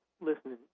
listening